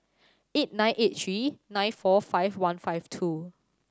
eight nine eight three nine four five one five two